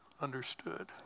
understood